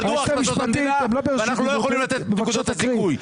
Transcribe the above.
ירדו הכנסות המדינה ואנחנו לא יכולים לתת את נקודות הזיכוי.